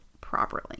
properly